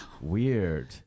Weird